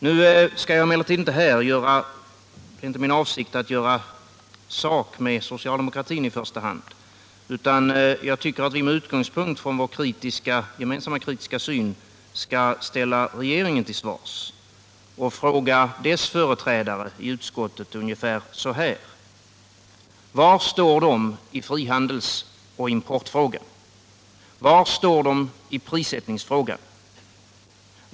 Nu är det emellertid inte min avsikt att i första hand söka sak med socialdemokratin, utan jag tycker att vi med utgångspunkt i vår gemen 143 samma kritiska syn skall ställa regeringen till svars och fråga dess företrädare i utskottet ungefär så här: Var står ni i frihandelsoch importfrågor? Var står ni i prissättningsfrågan?